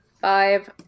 five